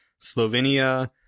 Slovenia